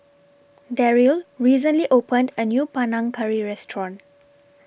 Daryl recently opened A New Panang Curry Restaurant